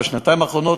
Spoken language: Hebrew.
בשנתיים האחרונות,